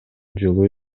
жылуу